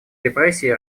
репрессий